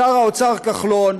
שר האוצר כחלון,